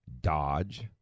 Dodge